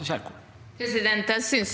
Jeg synes